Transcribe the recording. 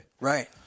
Right